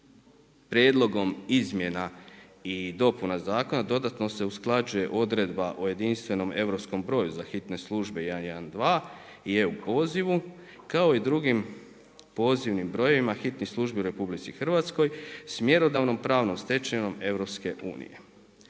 Prijedlogom izmjena i dopuna zakona dodatno se usklađuje odredba o jedinstvenom europskom broju za hitne službe 112 i EU pozivu kao i drugim pozivnim brojevima hitnih službi u RH s mjerodavnom pravnom stečevinom EU.